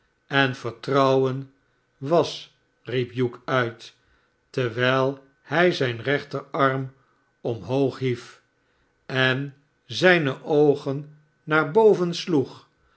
en vertrouwen was riep hugh uit terwijl hij zijn rechterarm omhoog hief en zijne oogen naar boven sloeg